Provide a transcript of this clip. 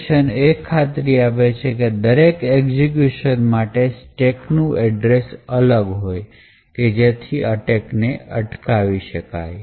Randomization એ ખાતરી આપશે કે દરેક એક્ઝિક્યુસન માટે સ્ટેકનું એડ્રેસ અલગ હોઈ જેથી અટેક ને અટકાવી શકાય